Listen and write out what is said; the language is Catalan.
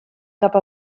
cap